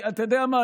אתה יודע מה,